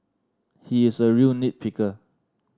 he is a real nit picker